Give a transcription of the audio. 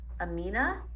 Amina